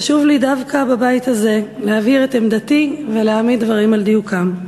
חשוב לי דווקא בבית הזה להבהיר את עמדתי ולהעמיד דברים על דיוקם.